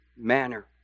manner